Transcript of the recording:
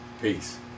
Peace